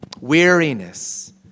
weariness